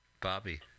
Bobby